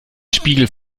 spiegel